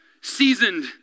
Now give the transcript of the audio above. seasoned